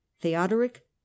theodoric